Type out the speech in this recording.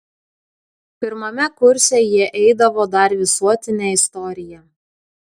pirmame kurse jie eidavo dar visuotinę istoriją